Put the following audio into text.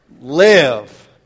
live